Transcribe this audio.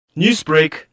Newsbreak